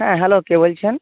হ্যাঁ হ্যালো কে বলছেন